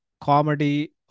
comedy